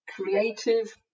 creative